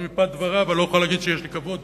אבל מפאת דבריו אני לא אוכל להגיד שיש לי כבוד